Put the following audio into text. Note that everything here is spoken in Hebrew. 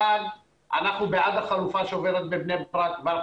אנחנו בעד החלופה שעוברת בבני ברק ואנחנו